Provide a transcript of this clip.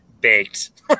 baked